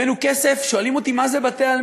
הבאנו כסף, שואלים אותי מה זה "בתי-עלמין".